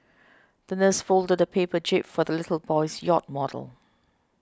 the nurse folded a paper jib for the little boy's yacht model